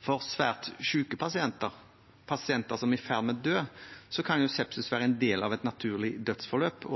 For svært syke pasienter, pasienter som er i ferd med å dø, kan sepsis være en del av et naturlig dødsforløp.